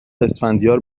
اسفندیار